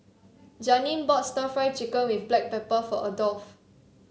Janeen bought stir Fry Chicken with Black Pepper for Adolf